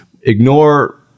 Ignore